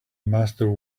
master